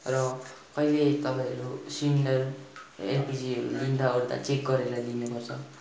र कहिले तपाईँहरू सिलिन्डर एलपिजी लिँदा ओर्दा चेक गरेर लिनु पर्छ